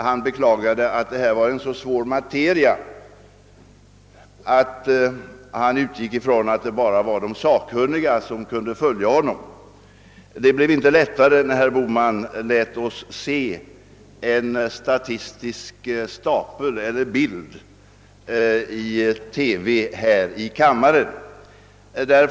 Han beklagade att detta var en så svår materia att han måste utgå från att bara de sakkunniga kunde följa honom. Det hela blev emellertid inte lättare när herr Bohman lät oss se en statistisk tablå i kammarens TV.